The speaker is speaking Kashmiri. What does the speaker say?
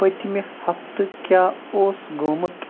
پٔتۍمہِ ہفتہٕ کیٛاہ اوس گوٚمُت